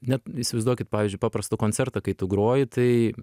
net įsivaizduokit pavyzdžiui paprastą koncertą kai tu groji tai